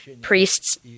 priests